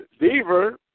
Deaver